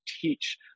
teach